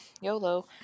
YOLO